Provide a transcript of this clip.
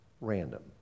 Random